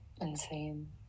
insane